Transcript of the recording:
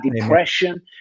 depression